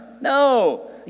No